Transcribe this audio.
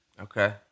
Okay